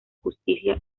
justicia